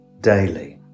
daily